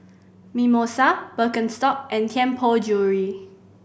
Mimosa Birkenstock and Tianpo Jewellery